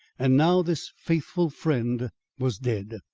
and now this faithful friend was dead,